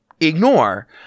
ignore